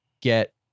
get